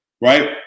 right